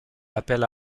rappelle